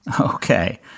Okay